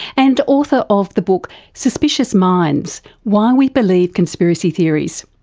and author of the book suspicious minds why we believe conspiracy theories.